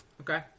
Okay